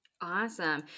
Awesome